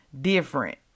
different